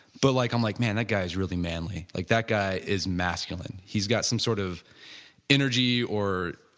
but like i'm like, man that guy is really manly, like that guy is masculine. he's got some sort of energy or